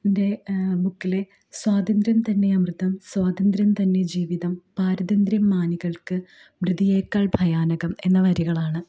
ബുക്കിലെ സ്വാതന്ത്ര്യം തന്നെ അമൃതം സ്വാതന്ത്ര്യം തന്നെ ജീവിതം പാരതന്ത്രം മാനികൾക്ക് മൃതിയേക്കാൾ ഭയാനകം എന്ന വരികളാണ്